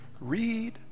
read